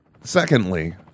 Secondly